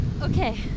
Okay